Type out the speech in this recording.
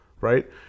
right